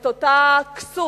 את אותה כסות,